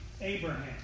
Abraham